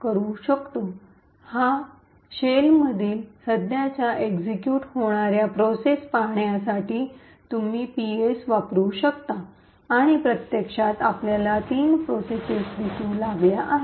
या शेलमधील सध्याच्या एक्सिक्यूट होणाऱ्या प्रोसेसेस पाहण्यासाठी तुम्ही "ps" वापरू शकता आणि प्रत्यक्षात आपल्याला तीन प्रोसेसेस दिसू लागल्या आहेत